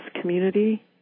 community